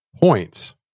points